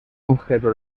objeto